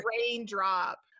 raindrop